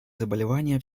заболевания